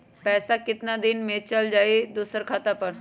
पैसा कितना दिन में चल जाई दुसर खाता पर?